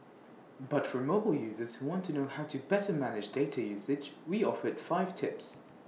but for mobile users who want to know how to better manage data usage we offered five tips